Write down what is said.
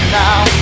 now